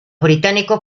británicos